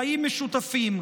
חיים משותפים,